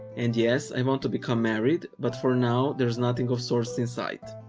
and yes, i want to become married. but for now, there is nothing of source in sight.